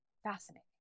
fascinating